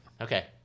Okay